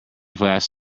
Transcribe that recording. flask